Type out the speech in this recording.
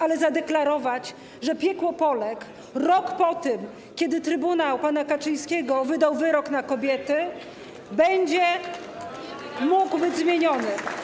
ale też zadeklarować, że piekło Polek rok po tym, jak trybunał pana Kaczyńskiego wydał wyrok na kobiety, będzie mógł być zmieniony.